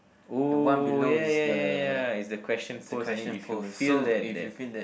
oh ya ya ya ya it's the question posed and then if you feel that that